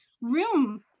room